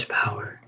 power